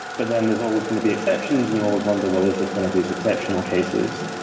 but then there's always going to be exceptions, and you always wonder, well, is this one of these exceptional cases?